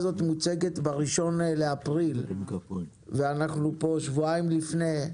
מוצגת ב-1 באפריל ואנחנו עכשיו שבועיים לפני,